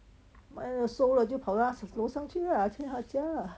卖了收了就跑到楼上去啊去她家啊